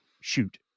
Shoot